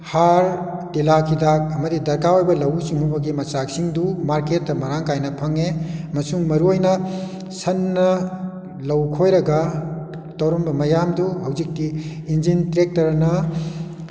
ꯍꯥꯔ ꯇꯤꯟꯍꯥꯠ ꯍꯤꯗꯥꯛ ꯑꯃꯗꯤ ꯗꯥꯔꯀꯥꯔ ꯑꯣꯏꯕ ꯂꯧꯎ ꯁꯤꯡꯎꯕꯒꯤ ꯃꯆꯥꯛꯁꯤꯡꯗꯨ ꯃꯥꯔꯀꯦꯠꯇ ꯃꯔꯥꯡ ꯀꯥꯏꯅ ꯐꯪꯉꯦ ꯑꯃꯁꯨꯡ ꯃꯔꯨ ꯑꯣꯏꯅ ꯁꯥꯟꯅ ꯂꯧ ꯈꯣꯏꯔꯒ ꯇꯧꯔꯝꯕ ꯃꯌꯥꯝꯗꯨ ꯍꯧꯖꯤꯛꯇꯤ ꯏꯟꯖꯤꯟ ꯇ꯭ꯔꯦꯛꯇꯔꯅ